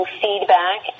feedback